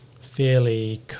fairly